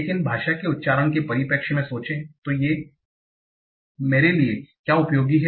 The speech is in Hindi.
लेकिन भाषा के उच्चारण के परिप्रेक्ष्य में सोचें तो मेरे लिए क्या उपयोगी है